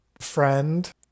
friend